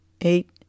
eight